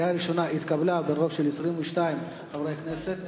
התקבלה בקריאה ראשונה ברוב של 22 מחברי הכנסת,